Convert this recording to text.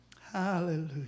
Hallelujah